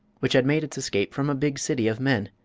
which had made its escape from a big city of men.